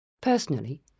Personally